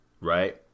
right